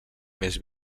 més